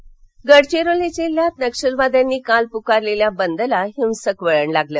नक्षलबंद गडचिरोली गडचिरोली जिल्ह्यात नक्षलवाद्यांनी काल पुकारलेल्या बंदला हिंसक वळण लागलं